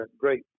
great